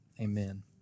Amen